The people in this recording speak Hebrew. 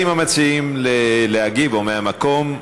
המציעים רשאים להגיב, או מהמקום.